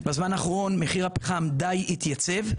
בזמן האחרון, מחיר הפחם די התייצב.